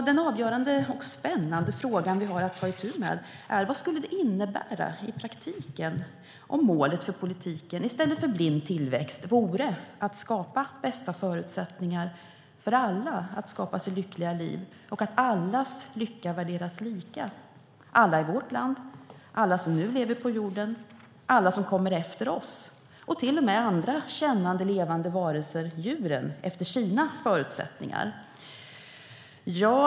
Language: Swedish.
Den avgörande och spännande frågan som vi har att ta itu med är: Vad skulle det innebära i praktiken om målet för politiken i stället för blind tillväxt vore att skapa bästa förutsättningar för alla att skapa sig lyckliga liv och att allas lycka värderas lika - alla i vårt land, alla som nu lever på jorden och alla som kommer efter oss och till och med andra kännande levande varelser, djuren, efter sina förutsättningar?